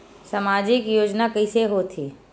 सामजिक योजना कइसे होथे?